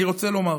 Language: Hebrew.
אני רוצה לומר: